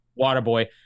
Waterboy